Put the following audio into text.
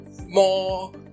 more